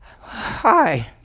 hi